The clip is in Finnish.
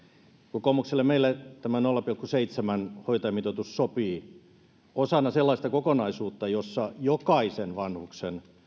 kokoomukselle meille tämä nolla pilkku seitsemän hoitajamitoitus sopii osana sellaista kokonaisuutta jossa jokaisen vanhuksen